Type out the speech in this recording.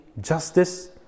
justice